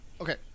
okay